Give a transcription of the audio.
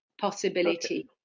possibility